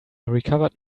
recovered